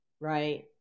right